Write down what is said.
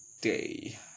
day